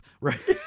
Right